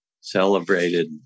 celebrated